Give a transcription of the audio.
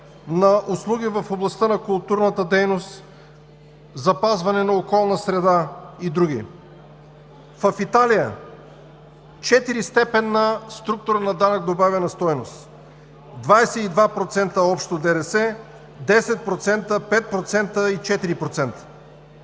на услуги в областта на културната дейност, запазване на околна среда и други. В Италия е 4-степенна структурата на данък добавена стойност – 22% общо ДДС: 10%; 5% и 4%.